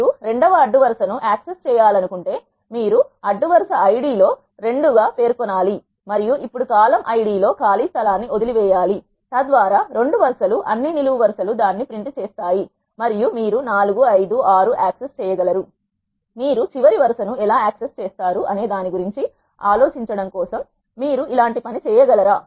మీరు 2 వ అడ్డు వరుస ను యాక్సెస్ చేయాలనుకుంటే మీరు అడ్డు వరుస ID లో లో 2 గా పేర్కొనాలి మరియు ఇప్పుడు కాలమ్ ID లో ఖాళీ స్థలాన్ని వదిలివేయాలి తద్వారా రెండు వరుస లు అన్ని నిలువు వరుస లు దానిని ప్రింట్ చేస్తాయి మరియు మీరు 4 5 6 యాక్సెస్ చేయగలరు మీరు చివరి వరుస ను ఎలా యాక్సెస్ చేస్తారు అనే దాని గురించి ఆలోచించడం కోసం మీరు ఇలాంటి పని చేయ గల రా